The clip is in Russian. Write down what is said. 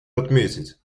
отметить